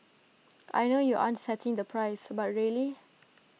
I know you aren't setting the price but really